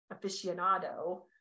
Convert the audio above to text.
aficionado